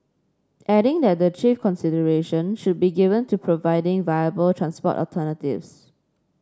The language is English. adding that the chief consideration should be given to providing viable transport alternatives